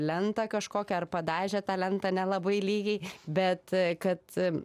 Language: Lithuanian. lentą kažkokią ar padažė tą lentą nelabai lygiai bet kad